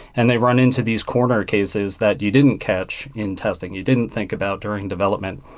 and they run into these corner cases that you didn't catch in testing, you didn't think about during development.